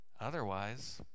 Otherwise